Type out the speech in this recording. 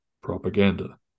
propaganda